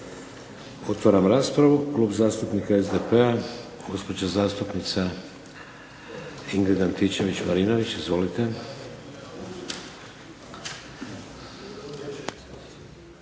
Otvaram raspravu. Klub zastupnika SDP-a, gospođa zastupnica Ingrid Antičević-Marinović. Izvolite.